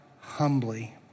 humbly